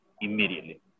immediately